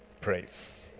praise